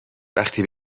وقتی